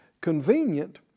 convenient